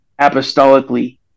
apostolically